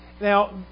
Now